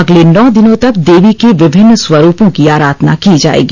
अगले नौ दिनों तक देवी के विभिन्न स्वरूपों की आराधना की जाएगी